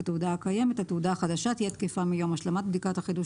התעודה הקיימת התעודה החדשה תהיה תקפה מיום השלמת בדיקת החידוש